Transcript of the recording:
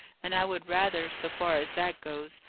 and i would rather, so far as that goes,